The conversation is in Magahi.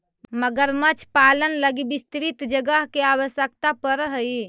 मगरमच्छ पालन लगी विस्तृत जगह के आवश्यकता पड़ऽ हइ